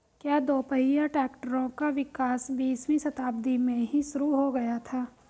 क्या दोपहिया ट्रैक्टरों का विकास बीसवीं शताब्दी में ही शुरु हो गया था?